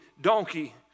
donkey